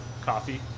coffee